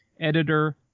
editor